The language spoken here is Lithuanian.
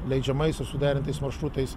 leidžiamais ir suderintais maršrutais